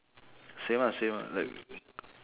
same ah same ah like